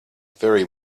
very